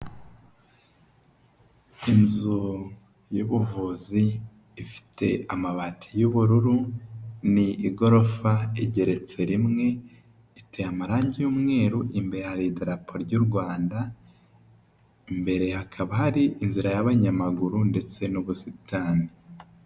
Inzu y'ubuvuzi ifite amabati y'ubururu ni igorofa igeretse rimwe, iteye amarangi y'umweru imbere hari idarapo ry'u Rwanda, imbere hakaba hari inzira y'abanyamaguru ndetse n'ubusitani.